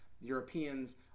Europeans